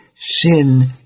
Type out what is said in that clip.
Sin